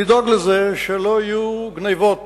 לדאוג לזה שלא יהיו גנבות.